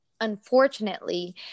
unfortunately